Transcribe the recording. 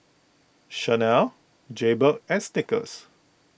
Chanel Jaybird and Snickers